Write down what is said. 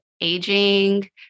aging